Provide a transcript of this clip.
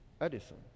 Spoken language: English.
Edison